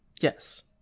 yes